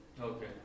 Okay